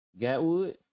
Gatwood